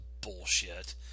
bullshit